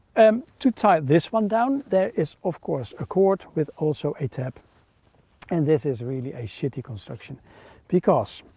um to tighten this one down there is of course a cord with also a tab and this is really a shitty construction because.